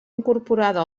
incorporada